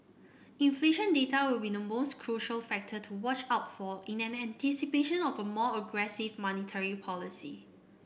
inflation data will be the most crucial factor to watch out for in anticipation of a more aggressive monetary policy